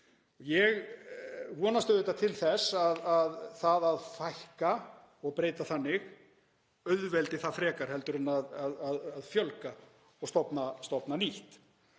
Ég vonast auðvitað til þess að það að fækka og breyta þannig auðveldi það frekar en að fjölga og stofna nýtt.